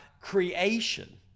creation